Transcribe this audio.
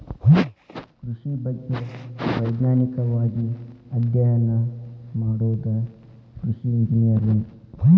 ಕೃಷಿ ಬಗ್ಗೆ ವೈಜ್ಞಾನಿಕವಾಗಿ ಅಧ್ಯಯನ ಮಾಡುದ ಕೃಷಿ ಇಂಜಿನಿಯರಿಂಗ್